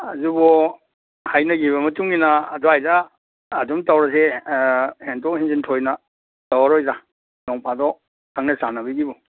ꯑꯗꯨꯕꯨ ꯍꯥꯏꯅꯒꯤꯕ ꯃꯇꯨꯡ ꯏꯟꯅ ꯑꯗꯨꯋꯥꯏꯗ ꯑꯗꯨꯝ ꯇꯧꯔꯁꯦ ꯍꯦꯟꯇꯣꯛ ꯍꯦꯟꯖꯤꯟ ꯊꯣꯏꯅ ꯇꯧꯔꯔꯣꯏꯗ ꯅꯣꯡ ꯐꯥꯗꯣꯛ ꯈꯪꯅ ꯆꯥꯟꯅꯕꯒꯤꯕꯨ